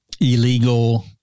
Illegal